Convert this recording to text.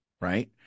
right